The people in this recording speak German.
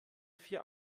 vier